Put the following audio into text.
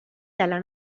dalla